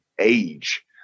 age